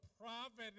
providence